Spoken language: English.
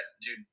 Dude